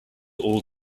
all